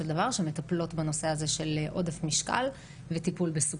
שמטפלות בנושא הזה של עודף משקל וסוכרת,